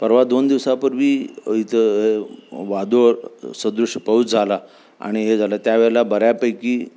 परवा दोन दिवसापूर्वी इथं वादळ सदृश्य पाऊस झाला आणि हे झालं त्यावेळेला बऱ्यापैकी